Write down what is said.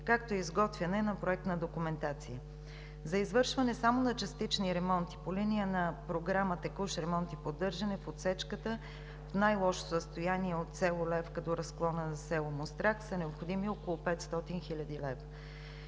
както и изготвяне на проектна документация. За извършване само на частични ремонти по линия на Програма „Текущ ремонт и поддържане“ на отсечката в най-лошо състояние от село Левка до разклона за село Мустрак са необходими около 500 хил. лв.